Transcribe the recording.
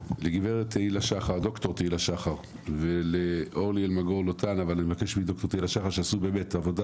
לשד"ר תהילה שחר ואורלי אלמגור לוטן עשו עבודה